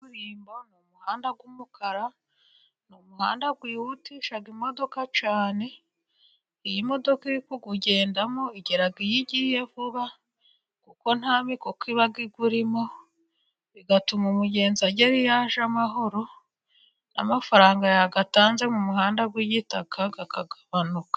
Umuhanda w'umukara, umuhanda wihutisha imodoka cyane, iyo imodoka iri kuwugendamo, igera iyo igiye vuba, kuko nta mikoko iba igurimo, bigatuma umugenzi agera iyo agiye amahoro, n'amafaranga yagatanze mu muhanda w'igitaka akagabanuka.